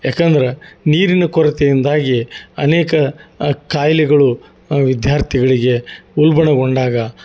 ಯಾಕಂದ್ರೆ ನೀರಿನ ಕೊರತೆಯಿಂದಾಗಿ ಅನೇಕ ಕಾಯಿಲೆಗಳು ವಿದ್ಯಾರ್ಥಿಗಳಿಗೆ ಉಲ್ಬಣಗೊಂಡಾಗ